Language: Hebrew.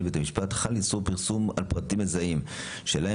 בבית המשפט חל איסור פרסום על פרטים מזהים שלהם,